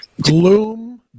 Gloom